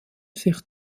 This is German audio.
sich